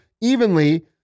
evenly